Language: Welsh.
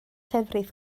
llefrith